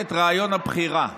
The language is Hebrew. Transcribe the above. את רעיון הבחירה.